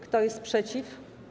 Kto jest przeciw?